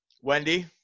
wendy